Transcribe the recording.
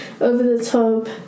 over-the-top